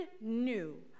new